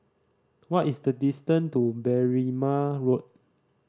what is the distance to Berrima Road